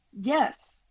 Yes